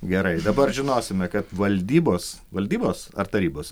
gerai dabar žinosime kad valdybos valdybos ar tarybos